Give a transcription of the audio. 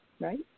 right